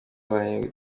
bahembwe